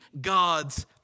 God's